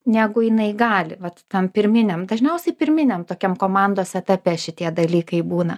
negu jinai gali vat tam pirminiam dažniausiai pirminiam tokiam komandos etape šitie dalykai būna